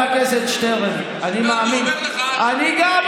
חבר הכנסת שטרן, אני מאמין, אני אומר לך.